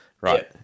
right